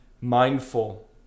Mindful